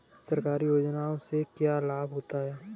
सरकारी योजनाओं से क्या क्या लाभ होता है?